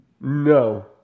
No